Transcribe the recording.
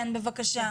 כן, בבקשה.